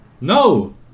No